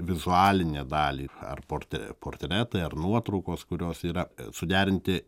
vizualinę dalį ar portre portretai ar nuotraukos kurios yra suderinti